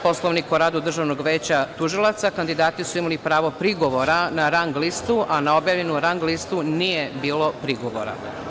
Poslovnik o radu Državnog veća tužilaca, kandidati su imali pravo prigovora na rang listu, a na objavljenu rang listu nije bilo prigovora.